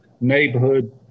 neighborhood